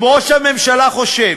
אם ראש הממשלה חושב